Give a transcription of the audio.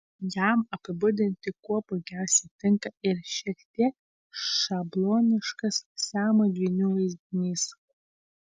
jam apibūdinti kuo puikiausiai tinka ir šiek tiek šabloniškas siamo dvynių vaizdinys